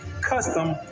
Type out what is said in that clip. custom